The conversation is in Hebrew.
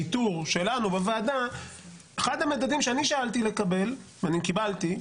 האיתור שלנו בוועדה אחד המדדים שאני שאלתי לקבל וקיבלתי,